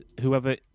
whoever